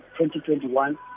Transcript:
2021